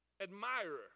admirer